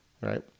right